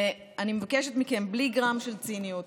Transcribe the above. ואני מבקשת מכם, בלי גרם של ציניות: